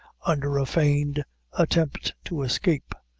under a feigned attempt to escape,